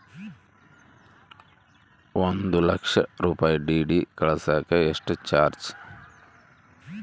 ಒಂದು ಲಕ್ಷ ರೂಪಾಯಿ ಡಿ.ಡಿ ಕಳಸಾಕ ಎಷ್ಟು ಚಾರ್ಜ್?